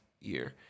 year